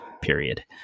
period